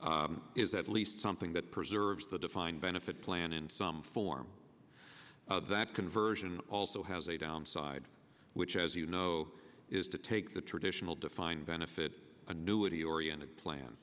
change is at least something that preserves the defined benefit plan and some form that conversion also has a downside which as you know is to take the traditional defined benefit annuity oriented plan